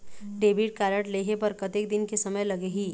Debit card लेहे बर कतेक दिन के समय लगही?